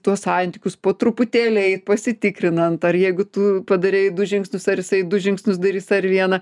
tuos santykius po truputėlį pasitikrinant ar jeigu tu padarei du žingsnius ar jisai du žingsnius darys ar vieną